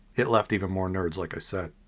it left even more nerds like i said.